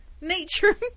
Nature